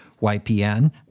ypn